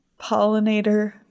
pollinator